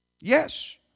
Yes